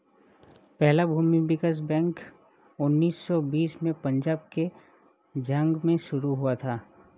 पहला भूमि विकास बैंक उन्नीस सौ बीस में पंजाब के झांग में शुरू हुआ था